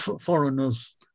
foreigners